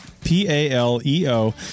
P-A-L-E-O